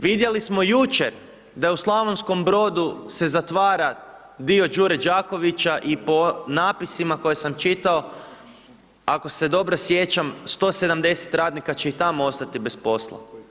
Vidjeli smo jučer da u Slavonskom brodu se zatvara dio Đure Đakovića i po natpisima koje sam čitao, ako se dobro sjećam 170 radnika će i tamo ostati bez posla.